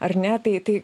ar ne tai tai